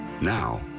Now